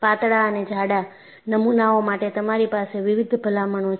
પાતળા અને જાડા નમૂનાઓ માટે તમારી પાસે વિવિધ ભલામણો છે